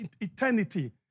eternity